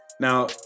Now